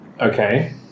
Okay